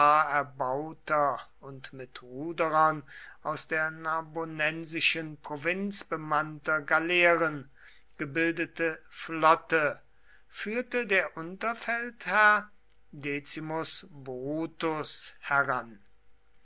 erbauter und mit ruderern aus der narbonensischen provinz bemannter galeeren gebildete flotte führte der unterfeldherr decimus brutus heran